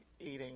eating